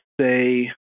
say